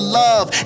love